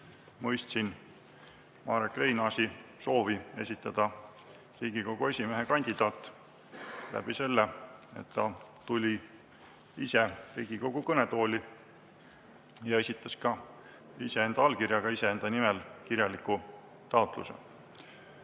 mõistsin Marek Reinaasi soovi esitada Riigikogu esimehe kandidaat, kuna ta tuli ise Riigikogu kõnetooli ja esitas ka iseenda allkirjaga iseenda nimel kirjaliku taotluse.